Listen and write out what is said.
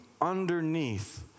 underneath